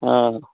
आं